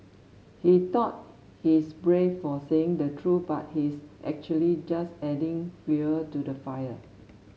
he thought he's brave for saying the truth but he's actually just adding fuel to the fire